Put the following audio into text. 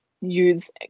use